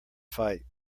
fight